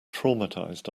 traumatized